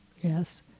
Yes